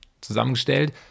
Zusammengestellt